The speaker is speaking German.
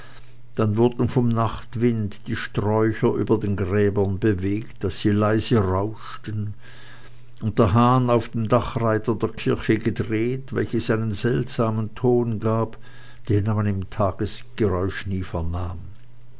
dann wurden vom nachtwind die sträucher über den gräbern bewegt daß sie leise rauschten und der hahn auf dem dachreiter der kirche gedreht welches einen seltsamen ton gab den man im tagesgeräusch nie vernahm